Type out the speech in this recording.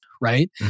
right